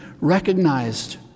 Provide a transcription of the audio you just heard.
recognized